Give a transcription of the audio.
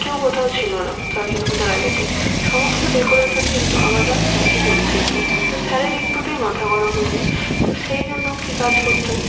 কেউ কোথাও ছিল না সরস্বতী পুজোর আগের দিন সমস্ত ডেকরেশন কিন্তু আমাকে আর স্যারকে করতে হয়েছিলো তো স্যারের একটুতেই মাথা গরম হয়ে যায় তো সেই জন্য কি কাজ করতে হয়